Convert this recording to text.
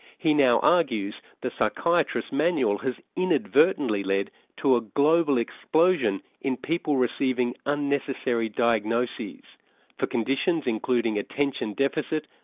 he now argues the psychiatrist's manual has inadvertently led to a global explosion in people receiving unnecessary diagnoses for conditions including attention deficit,